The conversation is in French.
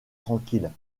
tranquille